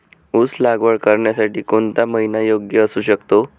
ऊस लागवड करण्यासाठी कोणता महिना योग्य असू शकतो?